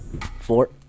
Four